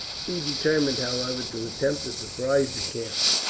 he determined, however, to attempt to surprise the camp.